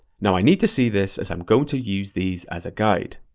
now i need to see this as i'm going to use these as a guide.